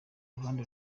ruhande